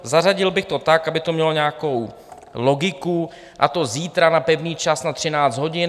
Zařadil bych to tak, aby to mělo nějakou logiku, a to zítra na pevný čas na 13 hodin.